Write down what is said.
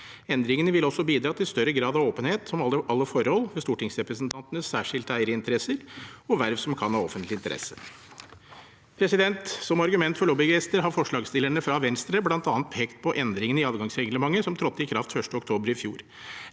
Endringene vil også bidra til større grad av åpenhet om alle forhold ved stortingsrepresentantenes særskilte eierinteresser og verv som kan ha offentlig interesse. Som argument for lobbyregister har forslagsstillerne fra Venstre bl.a. pekt på endringene i adgangsreglementet som trådte i kraft 1. oktober i fjor.